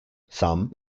some